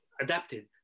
adapted